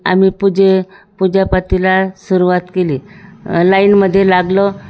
आम्ही पूजे पूजापातीला सुरुवात केली लाईनमध्ये लागलो